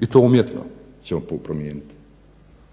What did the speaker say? i to umjetno ćemo promijeniti.